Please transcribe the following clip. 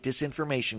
disinformation